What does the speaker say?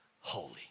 holy